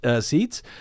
seats